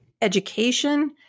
education